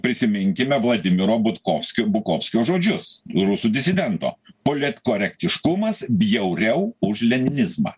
prisiminkime vladimiro butkovskio bukovskio žodžius rusų disidento politkorektiškumas bjauriau už leninizmą